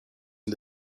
and